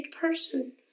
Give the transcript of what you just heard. person